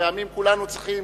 פעמים כולנו צריכים